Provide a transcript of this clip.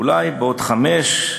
אולי בעוד חמש,